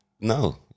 No